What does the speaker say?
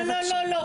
לא, לא.